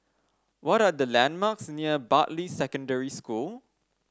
what are the landmarks near Bartley Secondary School